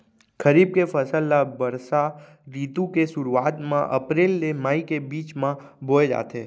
खरीफ के फसल ला बरसा रितु के सुरुवात मा अप्रेल ले मई के बीच मा बोए जाथे